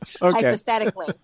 hypothetically